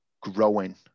growing